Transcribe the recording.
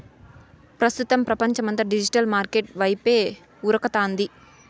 ప్రస్తుతం పపంచమంతా digital market వైపే ఉరకతాంది